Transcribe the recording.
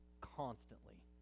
constantly